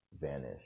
vanish